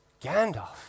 Gandalf